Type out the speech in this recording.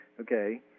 okay